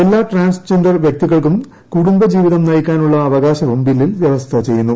എല്ലാ ട്രാൻസ്ജെൻഡർ വൃക്തികൾക്കും കുടുംബജീവിതം നയിക്കാനുള്ള അവകാശവും ബില്ലിൽ വ്യവസ്ഥ ചെയ്യുന്നു